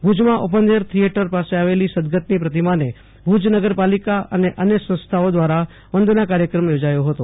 ભુજમાં open air theatre પાસે આવેલી સદગતની પ્રતિમાને ભુજ નગરપાલિકા અને અન્ય સંસ્થાઓ દ્વારા વંદના કાર્યક્રમ યોજાયો હતો